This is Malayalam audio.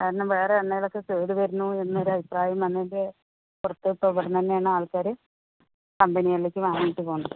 കാരണം വേറെ എണ്ണയിലൊക്കെ കേട് വരുന്നു എന്നൊരഭിപ്രായം വന്നില്ലേ പുറത്തിപ്പോൾ വേണമെന്നാണ് ആൾക്കാര്